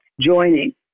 joining